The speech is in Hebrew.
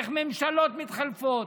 איך ממשלות מתחלפות.